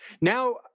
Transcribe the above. Now